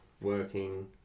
working